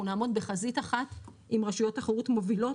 נעמוד בחזית אחת עם רשויות תחרות מובילות,